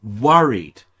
worried